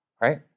Right